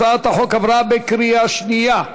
הצעת החוק עברה בקריאה שנייה.